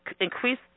increase